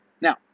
Now